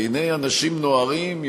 והנה אנשים נוהרים,